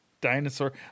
Dinosaur